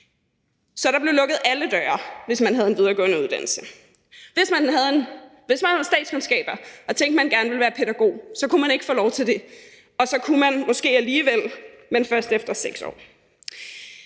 Så der blev alle døre lukket, hvis man havde en videregående uddannelse. Hvis man var statskundskaber og tænkte, man gerne ville være pædagog, så kunne man ikke få lov til det, og så kunne man måske alligevel, men først efter 6 år.